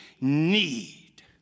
need